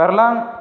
बारलां